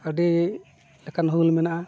ᱟᱹᱰᱤ ᱞᱮᱠᱟᱱ ᱦᱩᱞ ᱢᱮᱱᱟᱜᱼᱟ